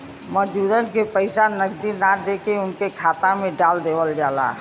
मजूरन के पइसा नगदी ना देके उनके खाता में डाल देवल जाला